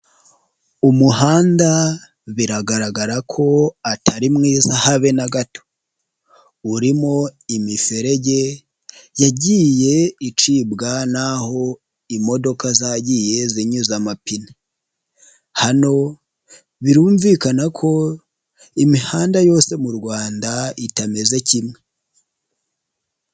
Umuhanda biragaragara ko atari mwiza habe na gato. Urimo imiferege yagiye icibwa naho imodoka zagiye zinyuza amapine, hano birumvikana ko imihanda yose mu Rwanda itameze kimwe.